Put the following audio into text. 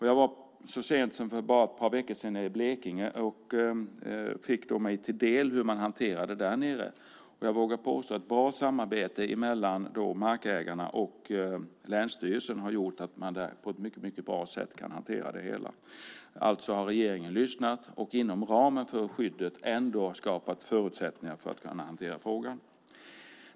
Jag var så sent som för bara ett par veckor sedan nere i Blekinge och fick mig då till del hur man hanterade detta där. Jag vågar påstå att ett bra samarbete mellan markägarna och länsstyrelsen har gjort att man där på ett mycket bra sätt kan hantera det hela. Alltså har regeringen lyssnat och inom ramen för skyddet ändå skapat förutsättningar för att frågan ska kunna hanteras.